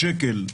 לא.